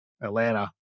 Atlanta